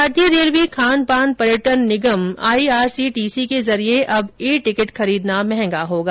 भारतीय रेलवे खान पान पर्यटन पर्यटन निगम आईआरसीटीसी के जरिए अब ई टिकिट खरीदना मंहगा होगा